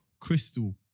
Crystal